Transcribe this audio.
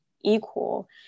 equal